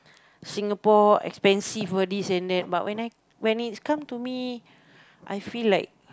Singapore expensive all this and that but when it come to me I feel like